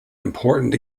important